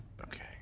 Okay